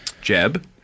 Jeb